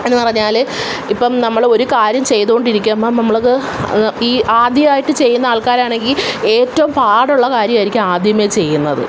എന്ന് പറഞ്ഞാൽ ഇപ്പം നമ്മൾ ഒരു കാര്യം ചെയ്തോണ്ടിരിക്കുമ്പം നമ്മൾക്ക് ഈ ആദ്യമായിട്ട് ചെയ്യുന്ന ആൾക്കാരാണെങ്കിൽ ഏറ്റോം പാടുള്ള കാര്യമായിരിക്കും ആദ്യമേ ചെയ്യുന്നത്